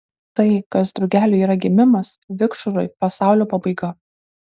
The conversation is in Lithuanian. tai kas drugeliui yra gimimas vikšrui pasaulio pabaiga